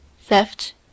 theft